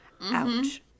Ouch